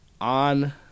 on